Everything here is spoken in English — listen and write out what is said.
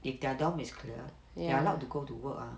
if their dormitory is clear they are allowed to go to work ah